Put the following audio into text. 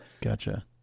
Gotcha